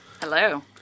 Hello